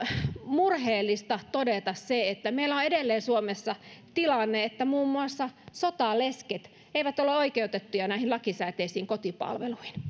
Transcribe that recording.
murheellista todeta se että meillä on edelleen suomessa tilanne että muun muassa sotalesket eivät ole oikeutettuja lakisääteisiin kotipalveluihin